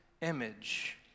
image